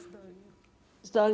Zdalnie.